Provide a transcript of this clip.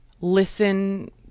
Listen